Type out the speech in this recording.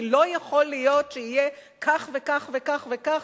כי לא יכול להיות שיהיה כך וכך וכך וכך.